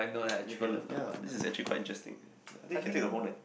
we have a ya this is actually quite interesting ya I think you can take the whole night